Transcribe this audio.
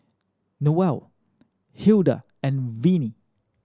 Newell Hilda and Vinie